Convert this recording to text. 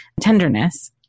tenderness